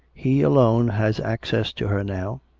he alone has access to her now,